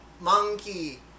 Monkey